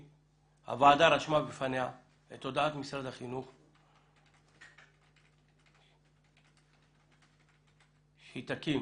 הוועדה רשמה בפניה את הודעת משרד החינוך שהיא תקים